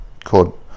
called